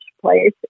place